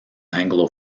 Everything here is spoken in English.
anglo